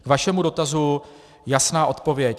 K vašemu dotazu jasná odpověď.